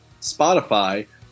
Spotify